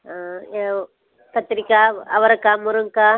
ஆ கத்திரிக்காய் அவரைக்கா முருங்கைகா